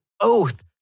oath